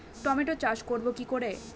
টমেটোর চাষ করব কি করে?